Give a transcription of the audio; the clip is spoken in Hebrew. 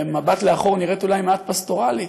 במבט לאחור נראית אולי מעט פסטורלית,